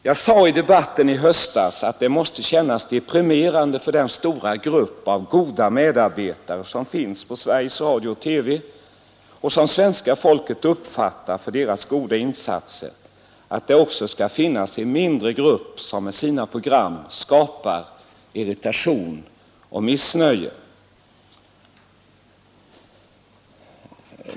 Jag sade i debatten i höstas att det måste kännas deprimerande för den stora grupp av goda medarbetare som finns på Sveriges Radio-TV och som svenska folket uppskattar för deras insatser, att det också skall finnas en mindre grupp som med sina program skapar irritation och missnöje.